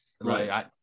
right